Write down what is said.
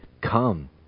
Come